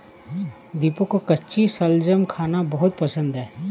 दीपक को कच्ची शलजम खाना बहुत पसंद है